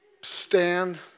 stand